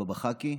הבאבא חאקי,